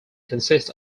consist